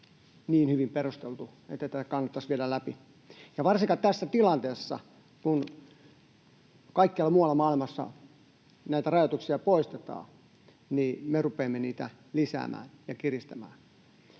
niin hyvin perusteltu, että tätä kannattaisi viedä läpi, ja varsinkaan tässä tilanteessa: kun kaikkialla muualla maailmassa näitä rajoituksia poistetaan, niin me rupeamme niitä lisäämään ja kiristämään.